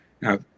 Now